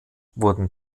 wurden